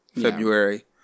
february